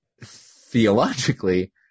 theologically